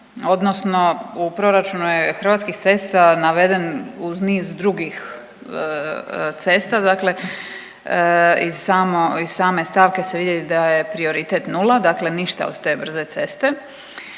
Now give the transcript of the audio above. odnosno u proračunu je Hrvatskih cesta naveden uz niz drugih cesta dakle iz samo, iz same stavke se vidi da je prioritet nula, dakle ništa od te brze ceste,